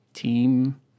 Team